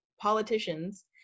Politicians